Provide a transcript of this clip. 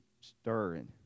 stirring